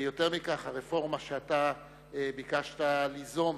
יותר מכך, הרפורמה שביקשת ליזום,